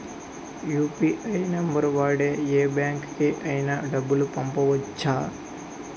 UPI number వాడి యే బ్యాంకుకి అయినా డబ్బులు పంపవచ్చ్చా?